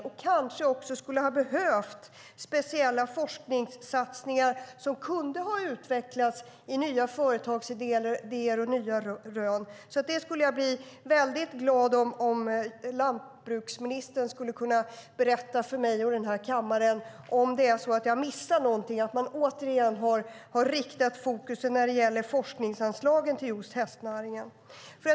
Den skulle kanske ha behövt speciella forskningssatsningar som kunde ha utvecklats i nya företagsidéer och nya rön. Jag skulle bli glad om landsbygdsministern skulle kunna berätta för mig och den här kammaren om jag har missat att man återigen har riktat fokus när det gäller forskningsanslagen till just hästnäringen.